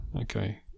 Okay